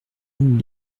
longue